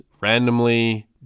randomly